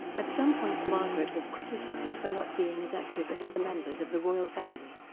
at some points margaret was criticised for not being as active as other members of the royal family.